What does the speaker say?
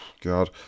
God